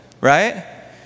right